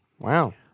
Wow